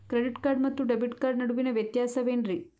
Credit card ಮತ್ತು debit card ನಡುವಿನ ವ್ಯತ್ಯಾಸ ವೇನ್ರೀ?